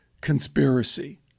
conspiracy